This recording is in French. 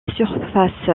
surface